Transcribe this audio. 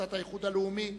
קבוצת האיחוד הלאומי,